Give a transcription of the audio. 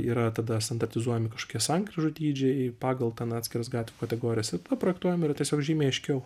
yra tada standartizuojami kažkokie sankryžų dydžiai pagal ten atskiras gatvių kategorijas ir paprojektuojam yra tiesiog žymiai aiškiau